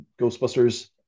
ghostbusters